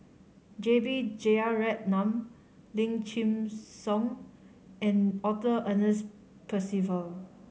J B Jeyaretnam Lim Chin Siong and Arthur Ernest Percival